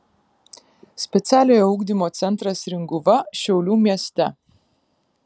specialiojo ugdymo centras ringuva šiaulių mieste